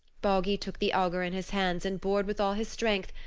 baugi took the auger in his hands and bored with all his strength,